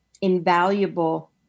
invaluable